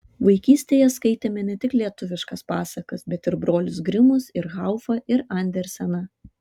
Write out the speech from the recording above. vaikystėje skaitėme ne tik lietuviškas pasakas bet ir brolius grimus ir haufą ir anderseną